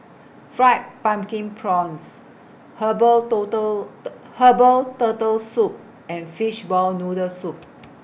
Fried Pumpkin Prawns Herbal Turtle Herbal Turtle Soup and Fishball Noodle Soup